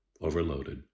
overloaded